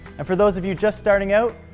and for those of you just starting out,